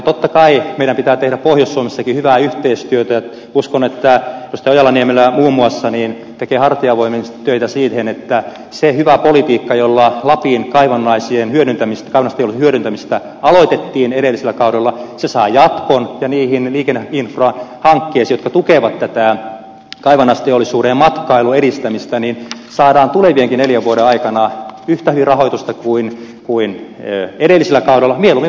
totta kai meidän pitää tehdä pohjois suomessakin hyvää yhteistyötä ja uskon että edustaja ojala niemelä muun muassa tekee hartiavoimin töitä sen eteen että se hyvä politiikka jolla lapin kaivannaisten hyödyntämistä aloitettiin edellisellä kaudella saa jatkon ja niihin liikenneinfrahankkeisiin jotka tukevat kaivannaisteollisuuden ja matkailun edistämistä saadaan tulevienkin neljän vuoden aikana yhtä hyvin rahoitusta kuin edellisellä kaudella mieluummin paremmin